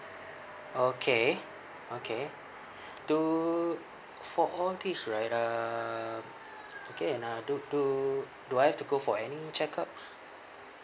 okay okay two for all this right um okay and uh do do do I have to go for any check-ups